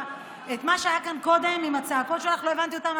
ומה שהיה כאן קודם עם הצעקות שלך, לא הבנתי אותן.